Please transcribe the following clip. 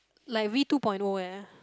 like V two point O eh